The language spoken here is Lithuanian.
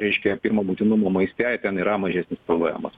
reiškia pirmo būtinumo maiste ten yra mažesnis pvemas